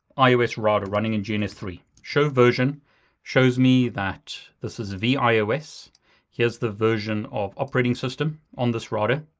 ios router running in g n s three. show version shows me that this is vios. here's the version of operating system on this router.